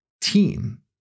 team